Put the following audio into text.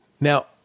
Now